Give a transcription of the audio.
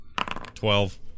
Twelve